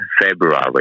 February